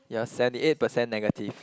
you are seventy eight percent negative